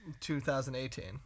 2018